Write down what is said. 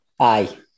Aye